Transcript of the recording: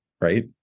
right